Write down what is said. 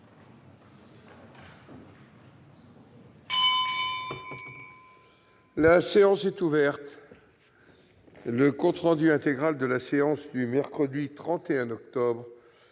La séance est ouverte. Le compte rendu intégral de la séance du mercredi 31 octobre